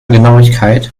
genauigkeit